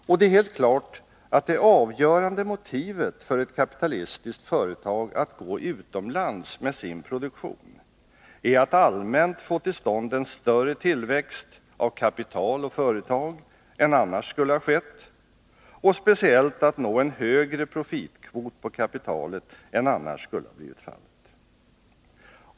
Och det är helt klart att det avgörande motivet för ett kapitalistiskt företag att gå utomlands med sin produktion är att allmänt få till stånd en större tillväxt av kapital och företag än annars skulle ha skett och speciellt att nå en högre profitkvot på kapitalet än annars skulle ha blivit fallet.